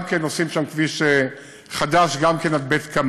גם כן עושים שם כביש חדש, גם כן עד בית-קמה.